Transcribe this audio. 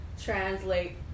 translate